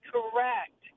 Correct